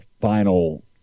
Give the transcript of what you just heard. final